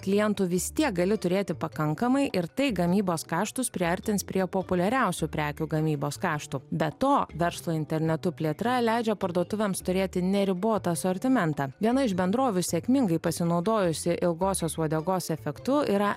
klientų vis tiek gali turėti pakankamai ir tai gamybos kaštus priartins prie populiariausių prekių gamybos kaštų be to verslo internetu plėtra leidžia parduotuvėms turėti neribotą asortimentą viena iš bendrovių sėkmingai pasinaudojusi ilgosios uodegos efektu yra